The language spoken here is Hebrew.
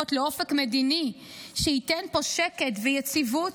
והחטופות לאופק מדיני שייתן פה שקט ויציבות,